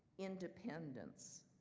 independence,